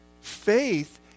faith